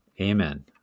Amen